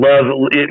love